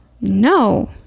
no